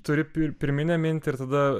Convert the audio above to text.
turi pi pirminę mintį ir tada